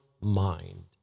mind